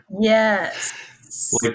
Yes